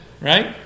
Right